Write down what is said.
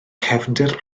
cefndir